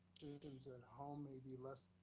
and and home may be less.